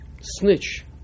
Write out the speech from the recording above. snitch